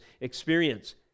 experience